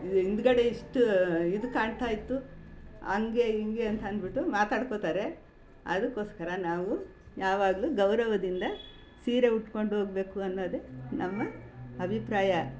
ಹಿಂದ್ಗಡೆ ಇಷ್ಟು ಇದು ಕಾಣ್ತಾ ಇತ್ತು ಹಂಗೆ ಹಿಂಗೆ ಅಂತ ಅಂದುಬಿಟ್ಟು ಮಾತಾಡ್ಕೋತಾರೆ ಅದಕ್ಕೋಸ್ಕರ ನಾವು ಯಾವಾಗಲೂ ಗೌರವದಿಂದ ಸೀರೆ ಉಟ್ಕೊಂಡು ಹೋಗ್ಬೇಕು ಅನ್ನೋದೆ ನಮ್ಮ ಅಭಿಪ್ರಾಯ